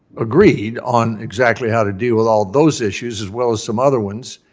agreed on exactly how to deal with all those issues, as well as some other ones,